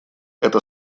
это